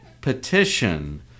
petition